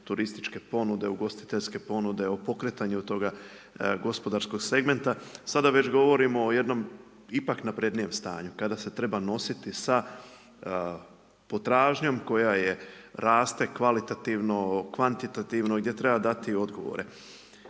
turističke ponude, ugostiteljske ponude, o pokretanju toga gospodarskog segmenta. Sada već govorimo o jednom ipak naprednijem stanju kada se treba nositi sa potražnjom koja je, raste kvalitativno, kvantitativno i gdje treba dati odgovore.